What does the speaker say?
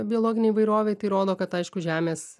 biologinei įvairovei tai rodo kad aišku žemės